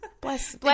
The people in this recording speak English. Bless